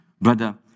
brother